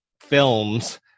films